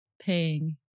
paying